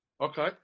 Okay